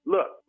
Look